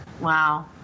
Wow